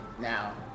now